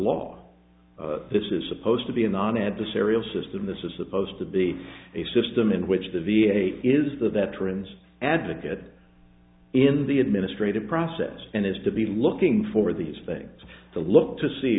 law this is supposed to be in an adversarial system this is supposed to be a system in which the v a is the veterans advocate in the administrative process and is to be looking for these things to look to see